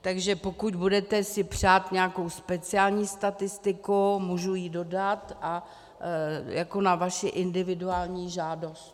Takže pokud si budete přát nějakou speciální statistiku, můžu ji dodat na vaši individuální žádost.